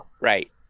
Right